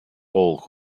all